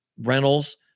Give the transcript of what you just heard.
rentals